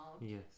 Yes